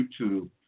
YouTube